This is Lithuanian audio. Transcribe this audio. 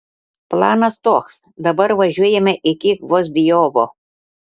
planas toks dabar važiuojame iki gvozdiovo